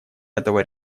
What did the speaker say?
этого